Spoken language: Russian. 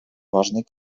важной